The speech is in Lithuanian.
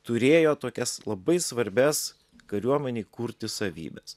turėjo tokias labai svarbias kariuomenei kurti savybes